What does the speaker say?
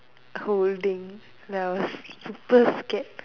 holding ya I was super scared